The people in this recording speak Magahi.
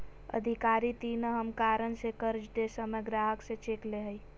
अधिकारी तीन अहम कारण से कर्ज दे समय ग्राहक से चेक ले हइ